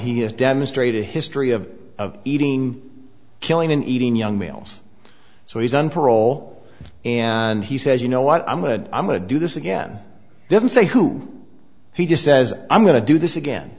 has demonstrated a history of eating killing and eating young males so he's on parole and he says you know what i'm going to i'm going to do this again doesn't say who he just says i'm going to do this again